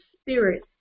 spirit